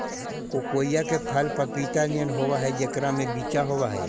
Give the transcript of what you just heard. कोकोइआ के फल पपीता नियन होब हई जेकरा में बिच्चा होब हई